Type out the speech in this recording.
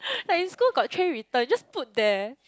like in school got tray return just put there